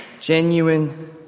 Genuine